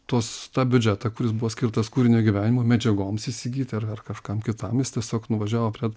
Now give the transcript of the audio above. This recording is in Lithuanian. tuos tą biudžetą kuris buvo skirtas kūrinio įgyvendinimui medžiagoms įsigyti ar kažkam kitam jis tiesiog nuvažiavo prie